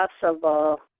possible